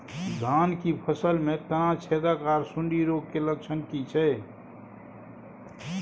धान की फसल में तना छेदक आर सुंडी रोग के लक्षण की छै?